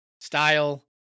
style